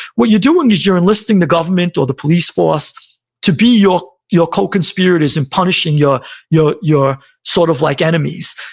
what you're doing is you're enlisting the government or the police force to be your your co-conspirators in punishing your your sort of like enemies.